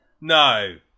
No